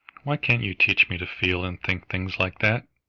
why can't you teach me to feel and think things like that?